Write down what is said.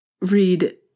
read